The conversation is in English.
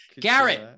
Garrett